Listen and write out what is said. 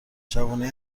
جوونای